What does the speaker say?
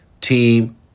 Team